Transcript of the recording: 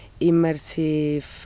immersive